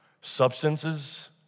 Substances